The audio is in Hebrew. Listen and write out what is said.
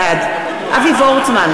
בעד אבי וורצמן,